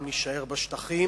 אם נישאר בשטחים